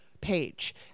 page